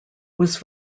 was